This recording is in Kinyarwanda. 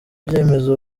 byemezo